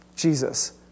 Jesus